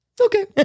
Okay